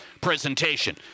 presentation